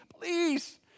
please